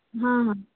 ହଁ ହଁ